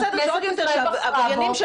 זה לא בסדר וזה לא בסדר עוד יותר שעבריינים של